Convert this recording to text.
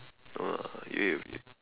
no lah you ate with it